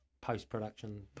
post-production